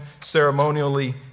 ceremonially